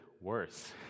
worse